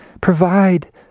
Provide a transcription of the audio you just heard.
provide